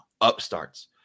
upstarts